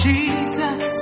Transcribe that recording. Jesus